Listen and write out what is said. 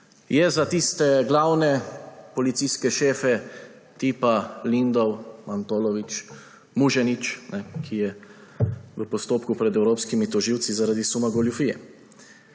Je za tiste glavne policijske šefe tipa Lindav, Vantolovič, Muženič, ki je v postopku pred evropskimi tožilci zaradi suma goljufije.